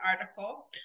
article